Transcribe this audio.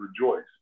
rejoice